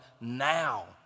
now